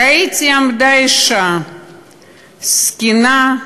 ראיתי אישה זקנה,